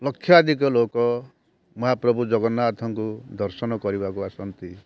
ଲକ୍ଷାଧିକ ଲୋକ ମହାପ୍ରଭୁ ଜଗନ୍ନାଥଙ୍କୁ ଦର୍ଶନ କରିବାକୁ ଆସନ୍ତି